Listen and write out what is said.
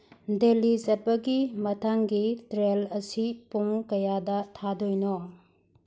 daily ꯆꯠꯄꯒꯤ ꯃꯊꯪꯒꯤ train ꯑꯁꯤ ꯄꯨꯡ ꯀꯌꯥꯗ ꯊꯥꯗꯣꯏꯅꯣ